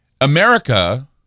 america